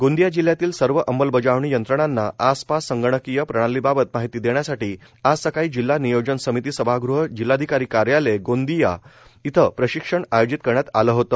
गोंदिया जिल्ह्यातील सर्व अंमलबजावणी यंत्रणांना आय पास संगणकीय प्रणालीबाबत माहिती देण्यासाठी आज सकाळी जिल्हा नियोजन समिती सभागृह जिल्हाधिकारी कार्यालय गोंदिया इथं प्रशिक्षण आयोजित करण्यात आले होत